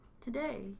Today